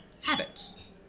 habits